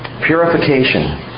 Purification